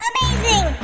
Amazing